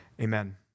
Amen